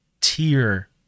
tier